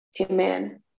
Amen